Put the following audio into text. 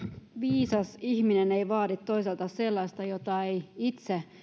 viisas ihminen ei vaadi toiselta sellaista jota ei itse